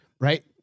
right